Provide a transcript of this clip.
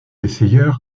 essayeur